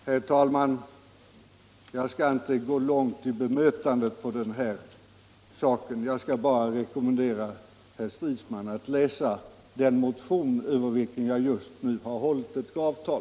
Herr talman! Jag skall inte gå långt i mitt bemötande i denna sak. Jag skall bara rekommendera herr Stridsman att läsa den motion, över vilken jag nyss höll ett gravtal.